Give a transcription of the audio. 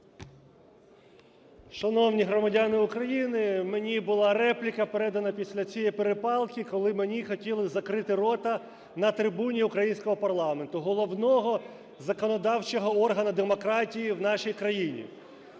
Шановні громадяни України, мені була репліка передана після цієї перепалки, коли мені хотіли закрити рота на трибуні українського парламенту, головного законодавчого органу демократії в нашій країні.